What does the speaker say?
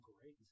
great